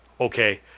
Okay